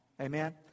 Amen